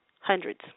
hundreds